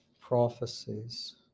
Prophecies